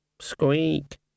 Squeak